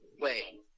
Wait